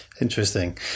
Interesting